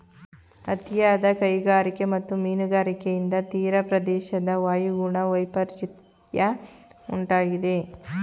ಅತಿಯಾದ ಕೈಗಾರಿಕೆ ಮತ್ತು ಮೀನುಗಾರಿಕೆಯಿಂದ ತೀರಪ್ರದೇಶದ ವಾಯುಗುಣ ವೈಪರಿತ್ಯ ಉಂಟಾಗಿದೆ